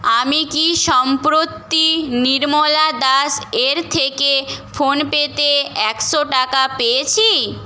আমি কি সম্প্রতি নির্মলা দাস এর থেকে ফোনপেতে একশো টাকা পেয়েছি